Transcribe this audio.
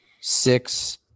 six